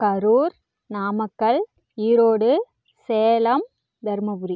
Karur Namakkal Erode Salem Dharmapuri